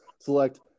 select